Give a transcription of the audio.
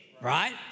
Right